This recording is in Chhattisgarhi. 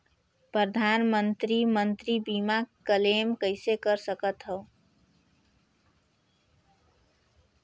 परधानमंतरी मंतरी बीमा क्लेम कइसे कर सकथव?